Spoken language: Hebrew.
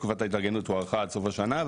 תקופת ההתארגנות הוארכה עד סוף השנה,